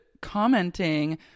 commenting